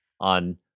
on